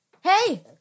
Hey